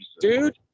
Dude